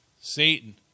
Satan